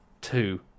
two